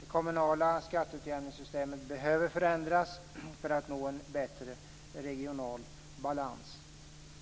Det kommunala skatteutjämningssystemet behöver förändras för att det skall bli en bättre regional balans.